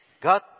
God